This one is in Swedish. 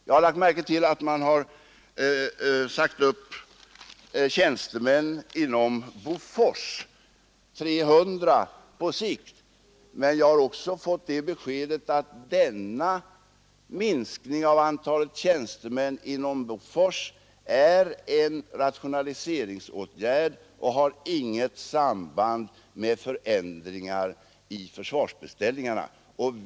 Jag har lagt märke till att man har sagt upp tjänstemän inom Bofors — 300 på sikt — men jag har också fått det beskedet att denna minskning av antalet tjänstemän inom Bofors är en rationaliseringsåtgärd och har inget samband med förändringar i försvarsbeställningarna.